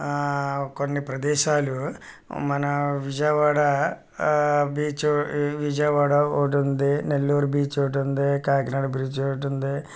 కొన్ని ప్రదేశాలు మన విజయవాడ బీచ్ విజయవాడ ఒకటుంది నెల్లూరు బీచ్ ఒకటుంది కాకినాడ బీచ్ ఒకటుంది